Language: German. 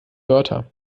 wörter